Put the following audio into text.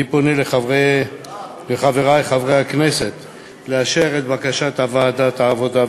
אני פונה לחברי חברי הכנסת לאשר את בקשת ועדת העבודה,